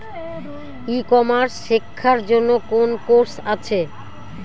ই commerce শেক্ষার জন্য কোন কোর্স আছে?